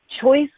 choice